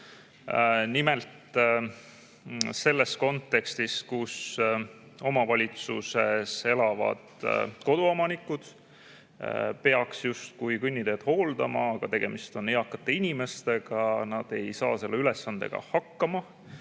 nimelt selles kontekstis, et omavalitsuse [territooriumil] elavad koduomanikud peaks justkui kõnniteed hooldama, aga kui tegemist on eakate inimestega, siis nad ei saa selle ülesandega hakkama.